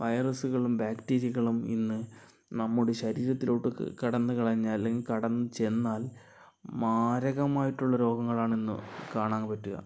വൈറസുകളും ബാക്ടീരിയകളും ഇന്ന് നമ്മുടെ ശരീരത്തിലോട്ട് കടന്നു കളഞ്ഞാൽ അല്ലെങ്കിൽ കടന്നു ചെന്നാൽ മാരകമായിട്ടുള്ള രോഗങ്ങളാണ് ഇന്ന് കാണാൻ പറ്റുക